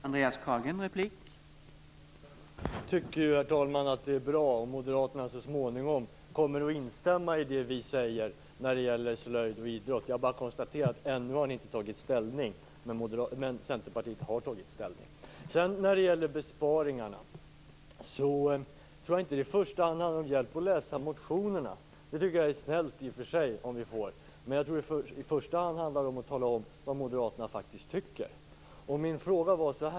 Herr talman! Jag tycker att det är bra om moderaterna så småningom kommer att instämma i det vi säger om slöjd och idrott. Jag konstaterar bara att ni ännu inte har tagit ställning, men Centerpartiet har tagit ställning. När det sedan gäller besparingarna behöver vi i första hand inte hjälp med att läsa motionerna. Det är i och för sig snällt att erbjuda sådan hjälp, men det handlar ju om att tala om vad moderaterna faktiskt tycker.